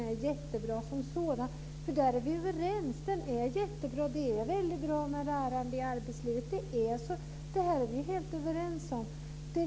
Vi är överens om att det är bra med lärande i arbetslivet. Vi är överens om det.